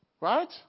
right